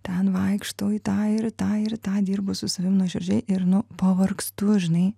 ten vaikštau į tą ir tą ir tą dirbu su savim nuoširdžiai ir nu pavargstu žinai